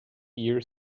ear